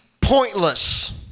pointless